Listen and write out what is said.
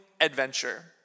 adventure